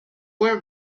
were